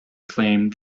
claimed